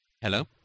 Hello